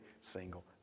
single